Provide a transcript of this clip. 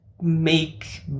make